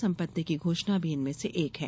सम्पति की घोषणा भी इनमे से एक है